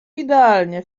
idealnie